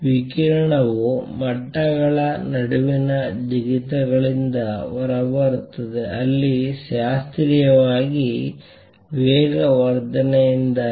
ವಿಕಿರಣವು ಮಟ್ಟಗಳ ನಡುವಿನ ಜಿಗಿತಗಳಿಂದ ಹೊರಬರುತ್ತದೆ ಅಲ್ಲಿ ಶಾಸ್ತ್ರೀಯವಾಗಿ ವೇಗವರ್ಧನೆಯಿಂದಾಗಿ